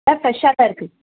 எல்லாம் ஃப்ரஷாகதான் இருக்குது